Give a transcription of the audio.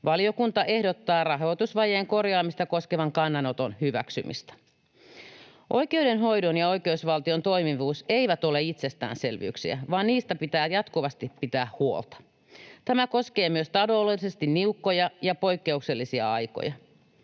Valiokunta ehdottaa rahoitusvajeen korjaamista koskevan kannanoton hyväksymistä. Oikeudenhoidon ja oikeusvaltion toimivuudet eivät ole itsestäänselvyyksiä, vaan niistä pitää jatkuvasti pitää huolta. Tämä koskee myös taloudellisesti niukkoja ja poikkeuksellisia aikoja.